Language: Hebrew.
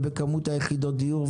ובכמות יחידות הדיור,